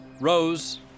Rose